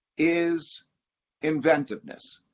is inventiveness,